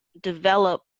develop